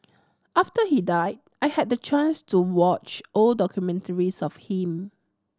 after he died I had the chance to watch old documentaries of him